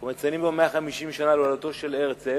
ומציינים פה 150 שנה להולדתו של הרצל,